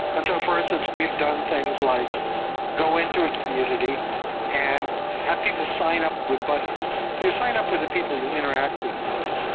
and so for instance, we've done things like go into a community and have people sign up with buddies. so you sign up with the people you interact with most,